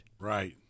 Right